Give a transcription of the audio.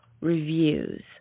reviews